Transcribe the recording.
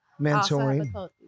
Mentoring